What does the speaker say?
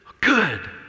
good